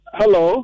hello